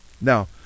Now